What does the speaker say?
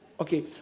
Okay